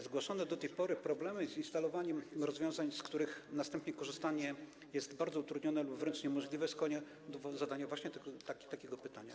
Zgłaszane do tej pory problemy z instalowaniem rozwiązań, z których następnie korzystanie jest bardzo utrudnione lub wręcz niemożliwe, skłaniają do zadania właśnie takiego pytania.